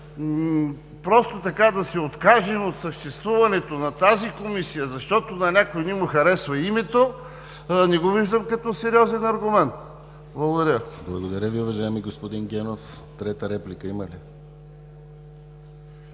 просто така да се откажем от съществуването на тази Комисия, защото на някой не му харесва името, не го виждам като сериозен аргумент. Благодаря. ПРЕДСЕДАТЕЛ ДИМИТЪР ГЛАВЧЕВ: Благодаря Ви, уважаеми господин Генов. Трета реплика има ли?